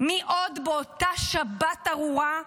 מי עוד באותה שבת ארורה,